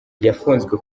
yafunzwe